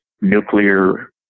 nuclear